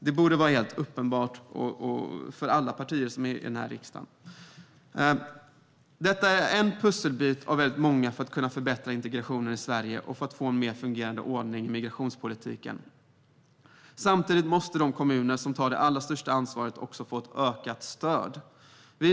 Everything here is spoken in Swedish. Det borde vara helt uppenbart för alla partier i riksdagen. Detta är en pusselbit av många för att kunna förbättra integrationen i Sverige och få en mer fungerande ordning i migrationspolitiken. Samtidigt måste de kommuner som tar det allra största ansvaret få ökat stöd.